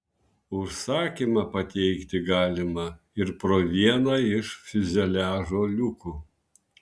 užsakymą pateikti galima ir pro vieną iš fiuzeliažo liukų